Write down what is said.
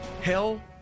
hell